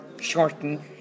shorten